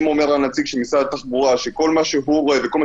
אם אומר הנציג של משרד התחבורה שכל מה שהוא רואה וכל מה